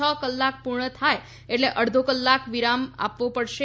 છ કલાક પુર્ણ થાય એટલે અડધો કલાક વિરામ આપવો પડશે